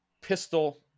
pistol